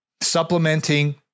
supplementing